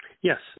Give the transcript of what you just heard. Yes